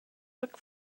look